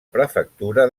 prefectura